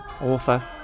author